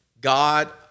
God